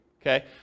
okay